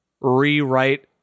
rewrite